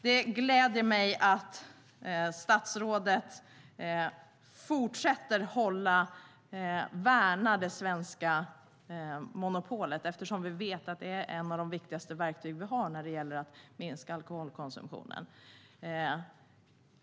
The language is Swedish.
Det gläder mig att statsrådet fortsätter att värna om det svenska monopolet eftersom vi vet att det är ett av de viktigaste verktyg som vi har för att minska alkoholkonsumtionen.